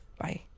Bye